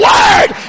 Word